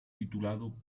titulado